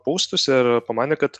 poustus ir pamanė kad